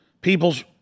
people's